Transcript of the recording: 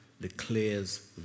declares